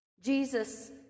Jesus